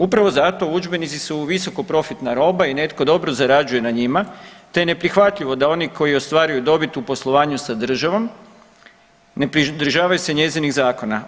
Upravo zato udžbenici su visoko profitna roba i netko dobro zarađuje na njima te je neprihvatljivo da oni koji ostvaruju dobit u poslovanju sa državom ne pridržavaju se njezinih zakona.